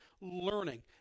learning